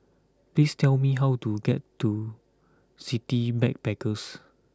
please tell me how to get to City Backpackers